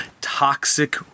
toxic